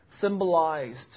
Symbolized